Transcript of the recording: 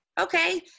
okay